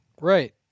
Right